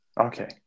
okay